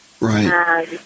Right